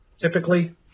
Typically